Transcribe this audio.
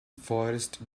forest